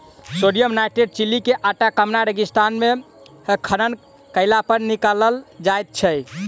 sodium nitrate Chile के Atacama रेगिस्तान मे खनन कयलापर निकालल जाइत छै